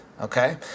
Okay